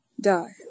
die